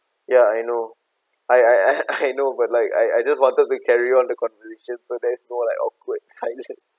ya I know I I know but like I I just wanted to carry on the conversation so there's no like awkward silence